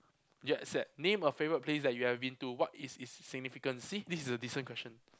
name a favourite place you have been to what is its significance see this is a decent question